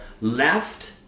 left